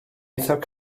eithaf